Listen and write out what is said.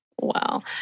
Wow